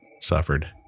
suffered